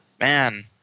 Man